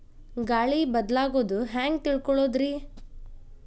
ಗಾಳಿ ಬದಲಾಗೊದು ಹ್ಯಾಂಗ್ ತಿಳ್ಕೋಳೊದ್ರೇ?